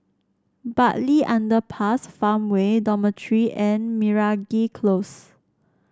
Bartley Underpass Farmway Dormitory and Meragi Close